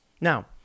Now